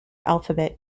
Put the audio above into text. alphabet